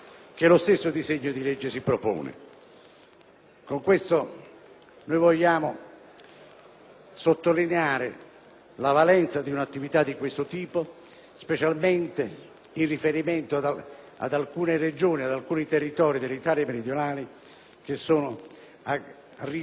vogliamo sottolineare la valenza di un'attività di questo tipo, specialmente in riferimento ad alcune Regioni e ad alcuni territori dell'Italia meridionale, a rischio notevolissimo proprio per quanto riguarda l'aspetto dell'immigrazione e dell'integrazione.